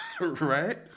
right